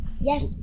yes